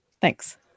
Thanks